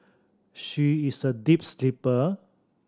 she is a deep sleeper